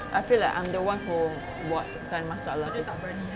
I feel like I'm the one who buatkan masalah